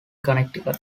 connecticut